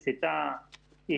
הקצתה,